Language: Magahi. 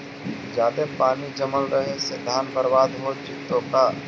जादे पानी जमल रहे से धान बर्बाद हो जितै का?